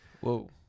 Whoa